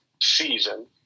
season